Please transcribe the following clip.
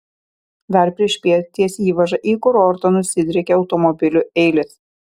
dar priešpiet ties įvaža į kurortą nusidriekė automobilių eilės